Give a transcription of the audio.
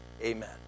Amen